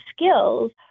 skills